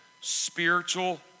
Spiritual